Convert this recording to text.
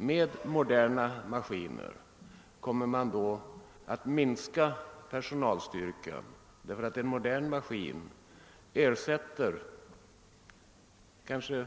med moderna maskiner skulle man kunna minska personalstyrkan; en modern maskin ersätter en del av